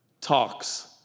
talks